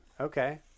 Okay